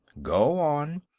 go on.